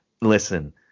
Listen